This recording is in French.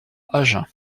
agen